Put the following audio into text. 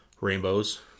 rainbows